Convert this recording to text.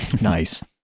Nice